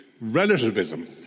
relativism